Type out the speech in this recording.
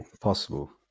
Possible